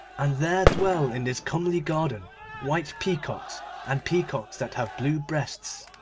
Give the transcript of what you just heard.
and there dwell in this comely garden white peacocks and peacocks that have blue breasts.